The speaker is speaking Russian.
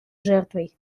жертвой